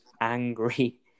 angry